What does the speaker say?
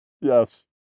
Yes